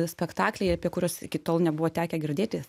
spektakliai apie kuriuos iki tol nebuvo tekę girdėti